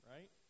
Right